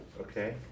Okay